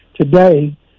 today